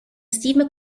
steve